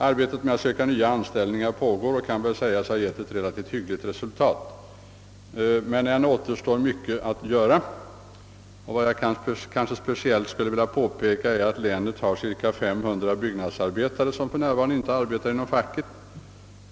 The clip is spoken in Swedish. Arbetet med att skaffa dem nya anställningar pågår och kan väl sägas hittills ha givit ett relativt hyggligt resultat. Men ännu återstår mycket att söra. Vad jag speciellt skulle vilja påpeka är att länet har cirka 500 byggnadsarbetare som för närvarande inte arbetar inom facket.